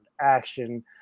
action